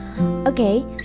Okay